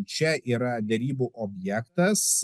čia yra derybų objektas